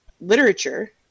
literature